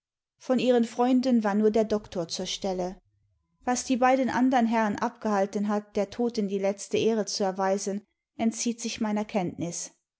von ihren freunden war nur der doktor zur stelle was die beiden anderen herren abgehalten hat der toten die letzte ehre zu erweisen entzieht sich meiner kenntnis